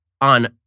on